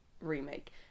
remake